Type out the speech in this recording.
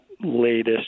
latest